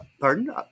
Pardon